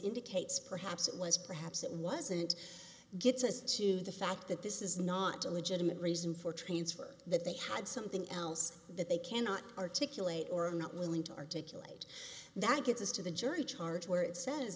indicates perhaps it was perhaps that wasn't good says to the fact that this is not a legitimate reason for transfer that they had something else that they cannot articulate or are not willing to articulate that gets us to the jury charge where it says